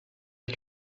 ich